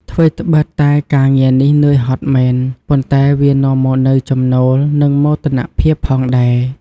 ថ្វីត្បិតតែការងារនេះនឿយហត់មែន ប៉ុន្តែវានាំមកនូវចំណូល និងមោទនភាពផងដែរ។